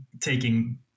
taking